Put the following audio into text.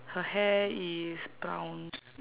her hair is brown